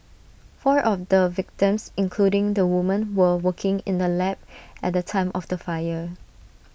four of the victims including the woman were working in the lab at the time of the fire